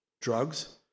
drugs